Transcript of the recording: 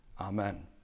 Amen